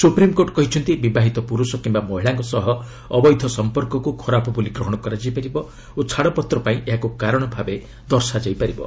supreme court କହିଛନ୍ତି ବିବାହିତ ପୁରୁଷ କିମ୍ବା ମହିଳାଙ୍କ ସହ ଅବୈଧ ସଂପର୍କକୁ ଖରାପ ବୋଲି ଗ୍ରହଣ କରାଯାଇ ପାରିବ ଓ ଛାଡ଼ପତ୍ର ପାଇଁ ଏହାକୁ କାରଣ ଭାବେ ଦର୍ଶାଯାଇ ପାରିବ